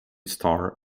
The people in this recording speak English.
starr